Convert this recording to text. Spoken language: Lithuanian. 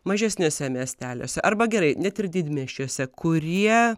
mažesniuose miesteliuose arba gerai net ir didmiesčiuose kurie